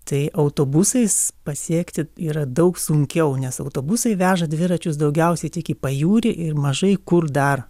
tai autobusais pasiekti yra daug sunkiau nes autobusai veža dviračius daugiausiai tik į pajūrį ir mažai kur dar